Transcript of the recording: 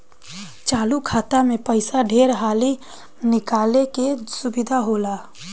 चालु खाता मे पइसा ढेर हाली निकाले के सुविधा होला